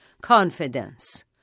confidence